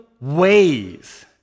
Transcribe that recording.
ways